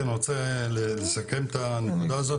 אני רוצה לסכם את הנקודה הזאת.